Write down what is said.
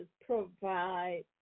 provide